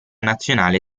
nazionale